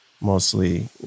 mostly